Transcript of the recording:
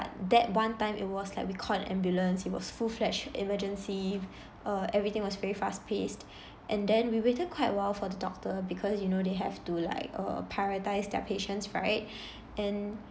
that one time it was like we called an ambulance it was full-fledged emergency uh everything was very fast-paced and then we waited quite a while for the doctor because you know they have to like uh prioritise their patients right and